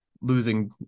losing